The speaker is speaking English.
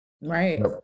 Right